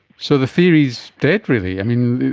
so the theory is dead really. i mean,